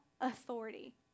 authority